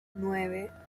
nueve